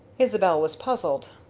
isabel was puzzled.